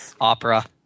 Opera